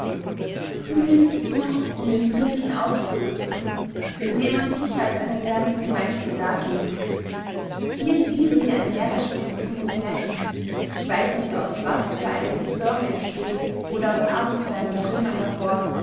nun ists noch um den fünften aufzug zu thun in dem man sich als einen ganzen meister dargeben muß hier ziehen sie ein närrisches und tummes märchen ich weiß nicht aus was für einem historienspiegel oder aus abentheuern der römer hervor